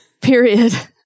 Period